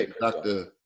Dr